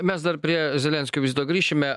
mes dar prie zelenskio vizito grįšime